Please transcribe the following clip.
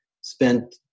spent